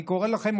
אני קורא לכם,